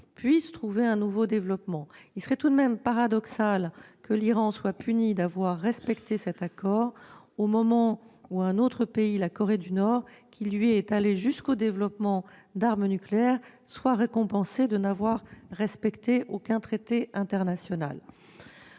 puisse trouver un nouveau développement. Il serait tout de même paradoxal que l'Iran soit puni d'avoir respecté cet accord au moment où la Corée du Nord, qui, elle, est allée jusqu'au développement d'armes nucléaires, serait récompensée de n'avoir respecté aucun traité international.